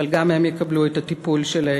אבל גם הם יקבלו את הטיפול שלהם.